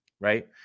right